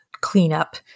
cleanup